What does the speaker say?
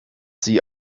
sie